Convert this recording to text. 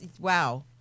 Wow